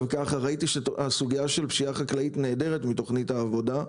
ראיתי שהסוגיה של הפשיעה החקלאית נעדרת מתוכנית העבודה,